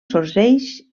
sorgeix